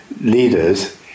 leaders